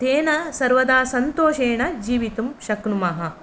तेन सर्वदा सन्तोषेण जीवितुं शक्नुमः